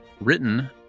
Written